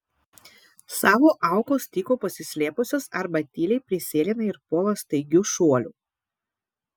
savo aukos tyko pasislėpusios arba tyliai prisėlina ir puola staigiu šuoliu